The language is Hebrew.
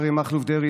אריה מכלוף דרעי,